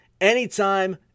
anytime